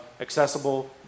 accessible